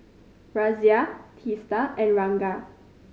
Razia Teesta and Ranga